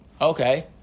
Okay